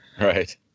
Right